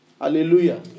Hallelujah